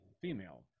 female